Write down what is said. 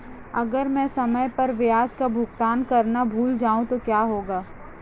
अगर मैं समय पर ब्याज का भुगतान करना भूल जाऊं तो क्या होगा?